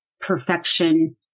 perfection